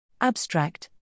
Abstract